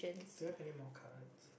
do you have any more cards